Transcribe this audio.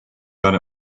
done